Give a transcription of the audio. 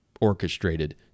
orchestrated